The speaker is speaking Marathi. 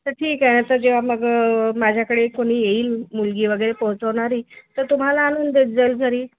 तर ठीक आहे तर जेव्हा मग माझ्याकडे कोणी येईल मुलगी वगैरे पोचवणारी तर तुम्हाला आणून देत जाईल घरी